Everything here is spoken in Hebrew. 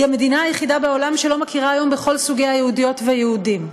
היא המדינה היחידה בעולם שלא מכירה היום בכל סוגי היהודיות והיהודים.